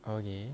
okay